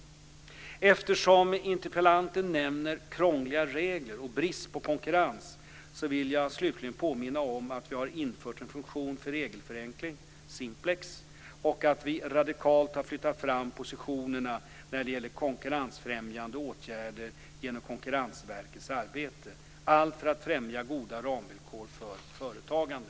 Eftersom interpellanten nämner krångliga regler och brist på konkurrens vill jag bara slutligen påminna om att vi har infört en funktion för regelförenkling, Simplex, och att vi radikalt har flyttat fram positionerna när det gäller konkurrensfrämjande åtgärder genom Konkurrensverkets arbete. Allt för att främja goda ramvillkor för företagande.